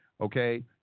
okay